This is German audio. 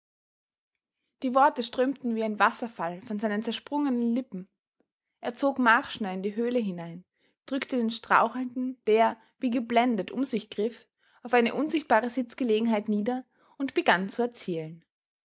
die worte strömten wie ein wasserfall von seinen zersprungenen lippen er zog marschner in die höhle hinein drückte den strauchelnden der wie geblendet um sich griff auf eine unsichtbare sitzgelegenheit nieder und begann zu erzählen